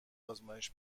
آزمایش